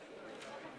בידי תוצאות